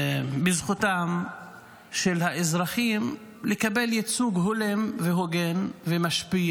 בזכותם של האזרחים לקבל ייצוג הולם והוגן ומשפיע